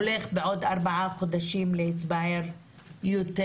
הולך להתבהר יותר בעוד ארבעה חודשים, קצת מרגיע.